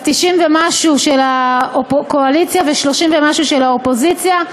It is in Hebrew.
אז 90 ומשהו של הקואליציה ו-30 ומשהו של האופוזיציה,